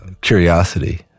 curiosity